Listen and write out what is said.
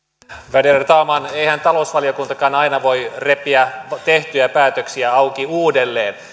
värderade talman eihän talousvaliokuntakaan aina voi repiä tehtyjä päätöksiä auki uudelleen